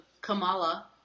Kamala